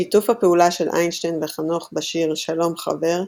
שיתוף הפעולה של איינשטיין וחנוך בשיר "שלום חבר"